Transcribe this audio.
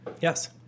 Yes